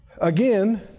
again